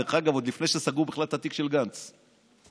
דרך אגב, עוד לפני שסגרו את התיק של גנץ בכלל.